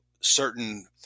certain